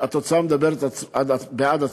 והתוצאה מדברת בעד עצמה.